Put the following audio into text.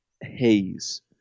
haze